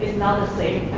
not the same